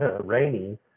Rainy